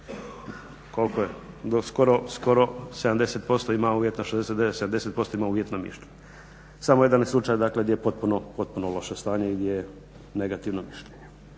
dakle skoro 70% ima uvjetno mišljenje. Samo jedan je slučaj dakle gdje je potpuno loše stanje i gdje je negativno mišljenje.